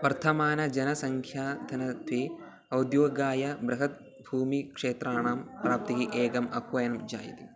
वर्धमान जनसङ्ख्याधनत्वे औद्योगाय बृहत् भूमिक्षेत्राणां प्राप्तिः एकम् अक्वयन् जायते